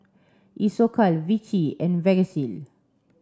Isocal Vichy and Vagisil